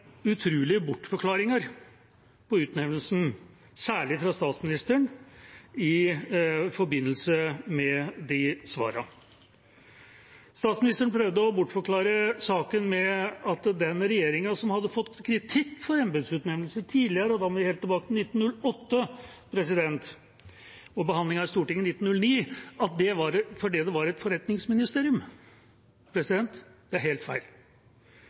utrolige bortforklaringer av utnevnelsen, særlig fra statsministeren. Statsministeren prøvde å bortforklare saken med at den regjeringa som hadde fått kritikk for embetsutnevnelser tidligere – og da må vi helt tilbake til 1908 og behandlingen i Stortinget i 1909 – var et forretningsministerium. Det er helt feil. Både kritikken og ikke minst debatten den gangen dokumenterer noe helt